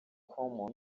common